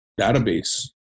database